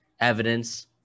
evidence